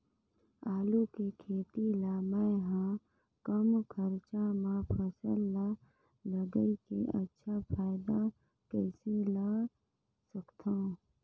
आलू के खेती ला मै ह कम खरचा मा फसल ला लगई के अच्छा फायदा कइसे ला सकथव?